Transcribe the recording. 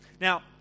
now